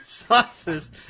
sauces